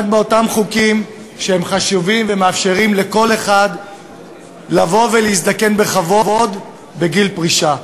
אחד מאותם חוקים שהם חשובים ומאפשרים לכל אחד להזדקן בכבוד בגיל פרישה.